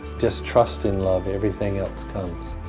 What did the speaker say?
just trust in love, everything else comes.